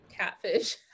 catfish